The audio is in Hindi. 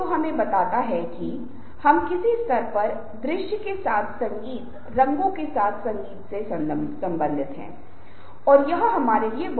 तो आप देखते हैं कि यह कैसे सांस का उपयोग किया जाता है इसके आधार पर यह एक सकारात्मक अर्थ हो सकता है यह एक नकारात्मक अर्थ हो सकता है